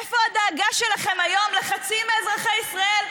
איפה הדאגה שלכם היום לחצי מאזרחי ישראל,